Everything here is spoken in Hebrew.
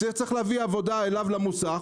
כשצריך להביא עבודה אליו למוסך,